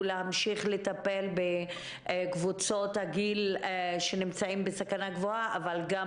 להמשיך לטפל בקבוצות הגיל שנמצאות בסכנה גבוהה אבל גם